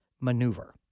Maneuver